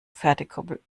pferdekoppel